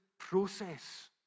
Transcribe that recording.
process